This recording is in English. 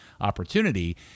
opportunity